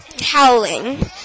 howling